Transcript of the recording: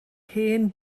hen